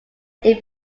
head